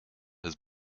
has